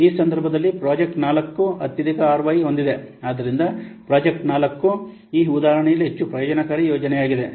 ಆದ್ದರಿಂದ ಈ ಸಂದರ್ಭದಲ್ಲಿ ಪ್ರಾಜೆಕ್ಟ್ 4 ಅತ್ಯಧಿಕ ಆರ್ಒಐ ಹೊಂದಿದೆ ಆದ್ದರಿಂದ ಪ್ರಾಜೆಕ್ಟ್ 4 ಈ ಉದಾಹರಣೆಯಲ್ಲಿ ಹೆಚ್ಚು ಪ್ರಯೋಜನಕಾರಿ ಯೋಜನೆಯಾಗಿದೆ